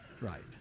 right